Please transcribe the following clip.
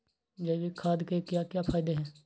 जैविक खाद के क्या क्या फायदे हैं?